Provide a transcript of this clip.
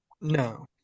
No